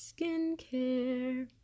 skincare